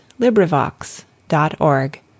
LibriVox.org